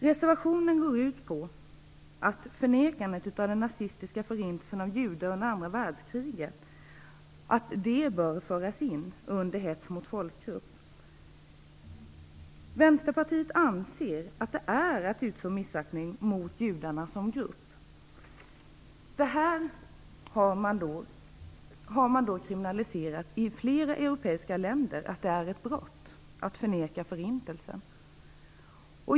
Reservationen går ut på att förnekandet av den nazistiska förintelsen av judar under det andra världskriget bör föras in under hets mot folkgrupp. Västerpartiet anser att detta förnekande är att utså missaktning mot judarna som grupp. Detta har man kriminaliserat i ett flertal europeiska länder. Där är det ett brott att förneka förintelsen.